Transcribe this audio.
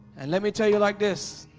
and let me tell you like this.